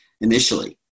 initially